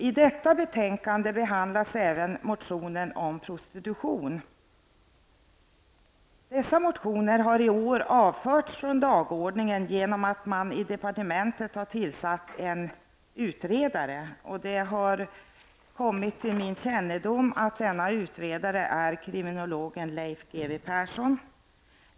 I detta betänkandet behandlas även motionerna om prostitution. Dessa motioner har i år avförts från dagordningen genom att man i departementet har tillsatt en utredare. Det har kommit till min kännedom att denne utredare är kriminologen Leif G W Persson.